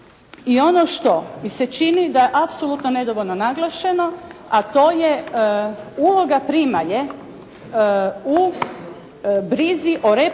I ono što mi se čini da je apsolutno nedovoljno naglašeno, a to je uloga primalje u brizi o reproduktivnom